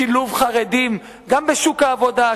שילוב חרדים גם בשוק העבודה,